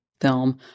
film